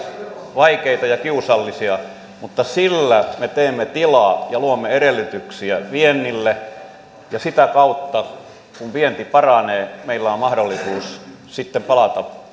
vaikeita ja kiusallisia mutta niillä me teemme tilaa ja luomme edellytyksiä viennille sitä kautta kun vienti paranee meillä on on mahdollisuus sitten palata tähän